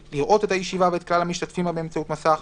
לראות את הישיבה ואת כלל המשתתפים בה באמצעות מסך,